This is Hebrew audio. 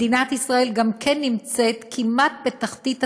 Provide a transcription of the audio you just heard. מדינת ישראל גם כן נמצאת כמעט בתחתית הטבלה.